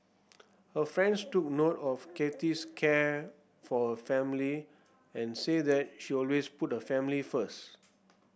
her friends took note of Kathy's care for her family and said that she always put her family first